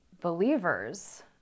believers